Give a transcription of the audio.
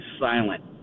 silent